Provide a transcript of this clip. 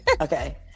okay